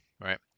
right